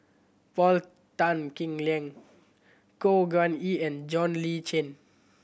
Paul Tan Kim Liang Khor Ean Ghee and John Le Cain